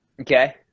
Okay